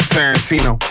Tarantino